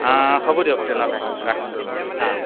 অঁ হ'ব দিয়ক তেনেহ'লে ৰাখোঁ অঁ